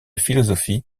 philosophie